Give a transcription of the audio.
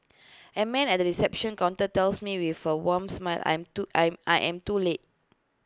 A man at the reception counter tells me with A wan smile I'm I am too late